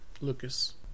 Lucas